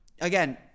again